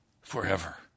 forever